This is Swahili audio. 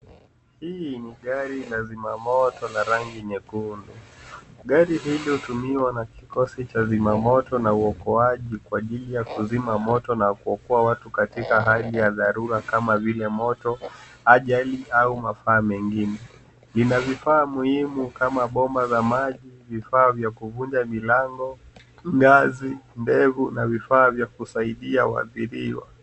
Hii ni gari la zima moto la rangi nyekundu. Gari hili hutumiwa na kikosi cha zimamoto na uokoaji kwa ajili ya kuzima moto na kuokoa watu katika hali ya dharura kama vile moto, ajali au maafa mengine. Lina vifaa muhimu kama bomba la maji, vifaa vya kuvunja milango, ngazi ndefu na vifaa vya kusaidia waadhiriwa.